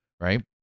right